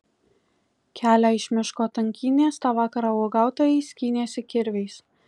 kelią iš miško tankynės tą vakarą uogautojai skynėsi kirviais